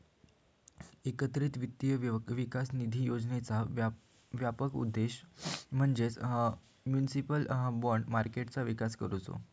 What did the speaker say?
एकत्रित वित्त विकास निधी योजनेचा व्यापक उद्दिष्ट म्हणजे म्युनिसिपल बाँड मार्केटचो विकास करुचो